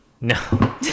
No